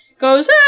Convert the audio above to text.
goes